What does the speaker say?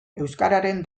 euskararen